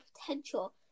potential